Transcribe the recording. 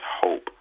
hope